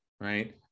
right